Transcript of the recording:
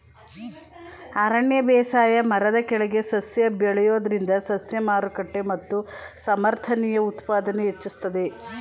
ಅರಣ್ಯ ಬೇಸಾಯ ಮರದ ಕೆಳಗೆ ಸಸ್ಯ ಬೆಳೆಯೋದ್ರಿಂದ ಸಸ್ಯ ಮಾರುಕಟ್ಟೆ ಮತ್ತು ಸಮರ್ಥನೀಯ ಉತ್ಪಾದನೆ ಹೆಚ್ಚಿಸ್ತದೆ